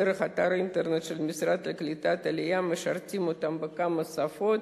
דרך אתר האינטרנט של המשרד לקליטת העלייה משרתים אותם בכמה שפות,